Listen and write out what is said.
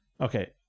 Okay